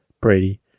Brady